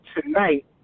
tonight